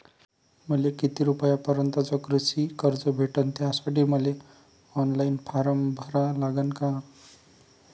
मले किती रूपयापर्यंतचं कृषी कर्ज भेटन, त्यासाठी मले ऑनलाईन फारम भरा लागन का?